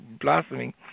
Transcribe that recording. blossoming